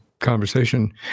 conversation